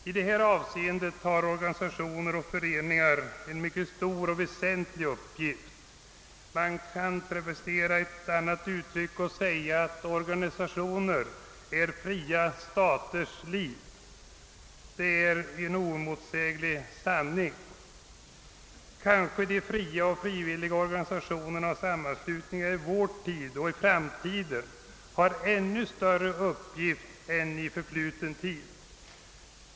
I detta avseende har organisationer och föreningar en mycket väsentlig uppgift. Man kan travestera ett annat uttryck och säga att organisationer är fria staters liv. Det är en oemotsäglig sanning. Kanske de fria och frivilliga organisationerna och sammanslutningarna i vår tid och i framtiden har ännu större uppigfter än de haft i förfluten tid.